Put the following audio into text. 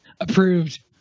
Approved